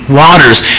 waters